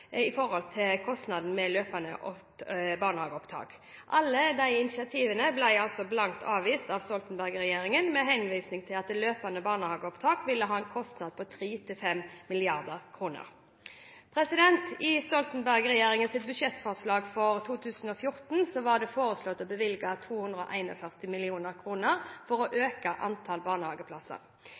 med løpende barnehageopptak. Alle initiativene ble blankt avvist av Stoltenberg-regjeringen med henvisning til at løpende barnehageopptak ville ha en kostnad på 3–5 mrd. kr. I Stoltenberg-regjeringens budsjettforslag for 2014 var det foreslått å bevilge 241 mill. kr for å øke antall barnehageplasser.